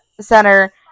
center